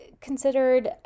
considered